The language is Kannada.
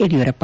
ಯಡಿಯೂರಪ್ಪ